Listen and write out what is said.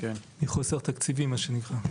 מחוסר תקציבים, מה שנקרא.